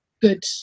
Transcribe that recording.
Good